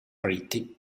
pretty